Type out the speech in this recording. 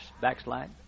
backslide